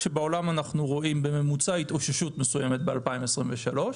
כשבעולם אנחנו רואים בממוצע התאוששות מסוימת ב-2023.